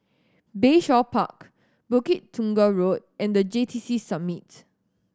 Bayshore Park Bukit Tunggal Road and The J T C Summit